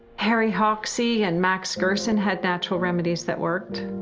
harry hoxsey and max gerson had natural remedies that worked.